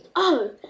Oh